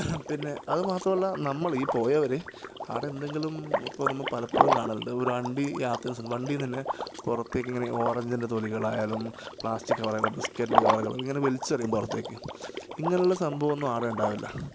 പിന്നെ അതുമാത്രമല്ല നമ്മൾ ഈ പോയവർ ആടെന്തെങ്കിലും ഇപ്പോൾ നമുക്ക് പലപ്പോഴും കാണലുണ്ട് ഒരു വണ്ടി യാത്ര വണ്ടീന്നന്നെ ഓറഞ്ചിന്റെ തൊലികളായാലും പ്ലാസ്റ്റിക് കവറുകൾ ബിസ്ക്കറ്റിന്റെ കവറുകൾ ഇങ്ങനെ വലിച്ചെറിയും പുറത്തേക്ക് ഇങ്ങനെയുള്ള സംഭവമൊന്നും ആടെ ഉണ്ടാകില്ല